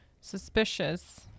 suspicious